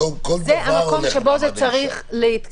זה המקום שבו זה צריך להתקיים.